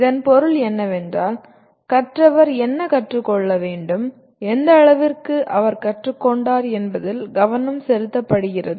இதன் பொருள் என்னவென்றால் கற்றவர் என்ன கற்றுக் கொள்ள வேண்டும் எந்த அளவிற்கு அவர் கற்றுக்கொண்டார் என்பதில் கவனம் செலுத்தப்படுகிறது